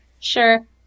Sure